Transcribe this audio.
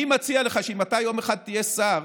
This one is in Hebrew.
אני מציע לך שאם יום אחד אתה תהיה שר